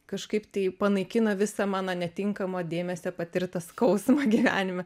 kažkaip tai panaikino visą mano netinkamo dėmesio patirtą skausmą gyvenime